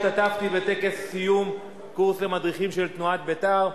השתתפתי בטקס סיום קורס למדריכים של תנועת בית"ר,